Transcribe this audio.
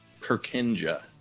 perkinja